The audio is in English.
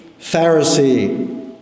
Pharisee